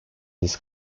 his